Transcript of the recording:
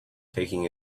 taking